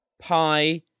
pi